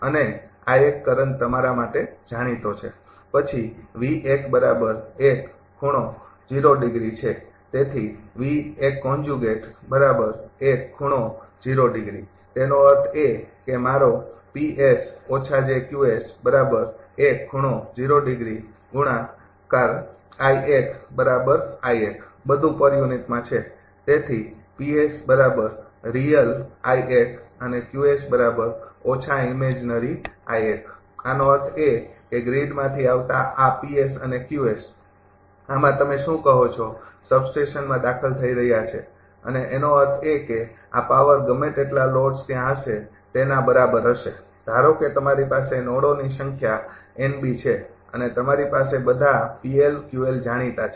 અને કરંટ તમારા માટે જાણીતો છે પછી ડિગ્રી તેથી તેનો અર્થ એ કે મારો બધું પર યુનિટમાં છે તેથી આનો અર્થ એ કે ગ્રીડમાંથી આવતા આ અને આમાં તમે શું કહો છો સબસ્ટેશનમાં દાખલ થઈ રહ્યા છે અને તેનો અર્થ એ કે આ પાવર ગમે તેટલા લોડ્સ ત્યાં હશે તેના બરાબર હશે ધારો કે તમારી પાસે નોડોની સંખ્યા છે અને તમારી પાસે બધા જાણીતા છે